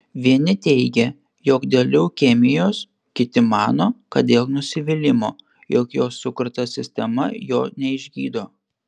vieni teigia jog dėl leukemijos kiti mano kad dėl nusivylimo jog jo sukurta sistema jo neišgydo